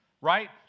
right